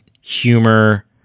humor